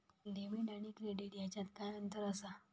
Debit आणि credit ह्याच्यात काय अंतर असा?